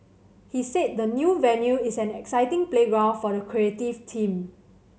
he said the new venue is an exciting playground for the creative team